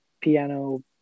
piano